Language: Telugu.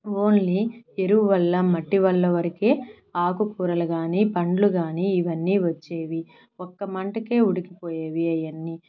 ఓన్లీ ఎరువు వల్ల మట్టి వల్ల వరకే ఆకుకూరలు కానీ పండ్లు కాని ఇవన్నీ వచ్చేవి ఒక్క మంటకే ఉడికిపోయేవి అయన్నీ